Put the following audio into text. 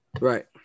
right